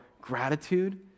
gratitude